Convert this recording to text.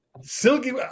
Silky